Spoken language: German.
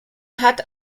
hat